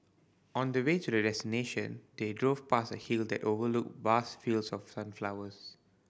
on the way to their destination they drove past a hill that overlooked vast fields of sunflowers